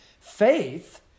Faith